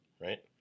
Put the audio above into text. right